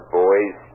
boys